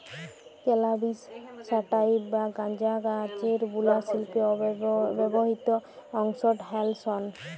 ক্যালাবিস স্যাটাইভ বা গাঁজা গাহাচের বুলা শিল্পে ব্যাবহিত অংশট হ্যল সল